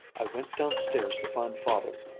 i went downstairs to find father.